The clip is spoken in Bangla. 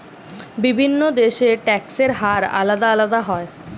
বিভিন্ন দেশের ট্যাক্সের হার আলাদা আলাদা হয়